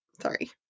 sorry